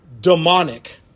demonic